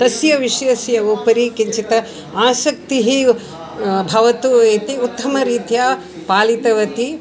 तस्य विषयस्य उपरि किञ्चित् आसक्तिः भवतु इति उत्तमरीत्या पालितवती